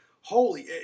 holy